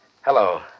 Hello